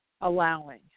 Allowing